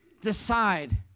decide